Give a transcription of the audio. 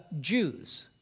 Jews